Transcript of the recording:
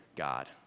God